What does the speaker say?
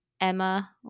emma